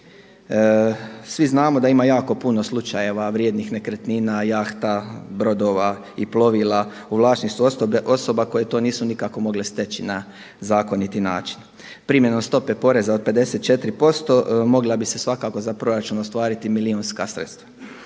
Svi znamo da ima jako puno slučajeva vrijednih nekretnina, jahta, brodova i plovila u vlasništvu osoba koje to nisu nikako mogli steći na zakoniti način. Primjenom stope poreza od 54% mogla bi se svakako za proračun ostvariti milijunska sredstva.